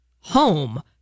home